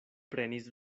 prenis